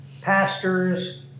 pastors